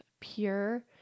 pure